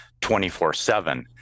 24-7